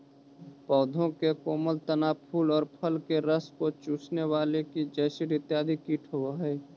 पौधों के कोमल तना, फूल और फल के रस को चूसने वाले की जैसिड इत्यादि कीट होवअ हई